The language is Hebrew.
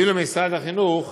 ואילו משרד החינוך